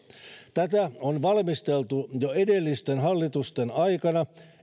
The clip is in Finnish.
tätä on valmisteltu jo edellisten hallitusten aikana